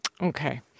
Okay